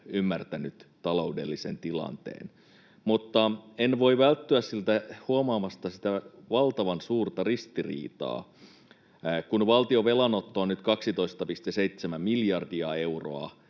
ymmärtänyt taloudellisen tilanteen. Mutta en voi välttyä huomaamasta sitä valtavan suurta ristiriitaa, että kun valtion velanotto on nyt 12,7 miljardia euroa